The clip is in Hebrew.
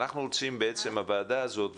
אנחנו רוצים בוועדה הזאת,